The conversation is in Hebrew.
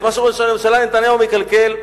את מה שראש הממשלה נתניהו מקלקל,